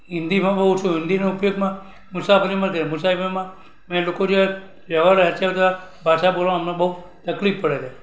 હિન્દીમાં બહુ ઓછું હિન્દીનો ઉપયોગમાં મુસાફરી તે મુસાફરીમાં વેવારમાં જે ભાષા બોલે તે ભાષા બોલવા અમને બહુ તકલીફ પડે છે